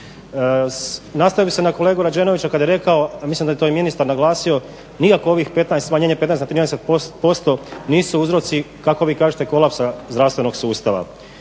Nastavio bih se na kolegu Rađenovića kada je rekao, mislim da je to i ministar naglasio nikako ovih 15, smanjenje 15 na 13% nisu uzroci kako vi kažete kolapsa zdravstvenog sustava.